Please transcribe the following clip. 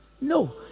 No